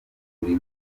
buri